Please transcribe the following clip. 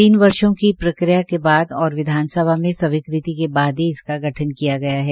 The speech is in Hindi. तीन वर्षो की प्रक्रिया के बाद और विधान सभा में स्वीकृति के बाद ही इसका गठन किया गया है